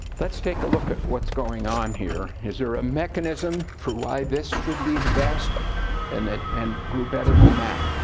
let's take a look at what's going on here. is there a mechanism for why this should be the best and and grew better than that?